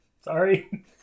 Sorry